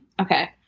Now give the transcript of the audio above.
okay